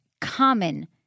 common